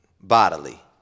bodily